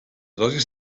dosis